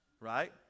right